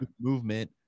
movement